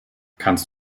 kannst